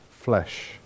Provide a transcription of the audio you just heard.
flesh